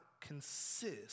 consist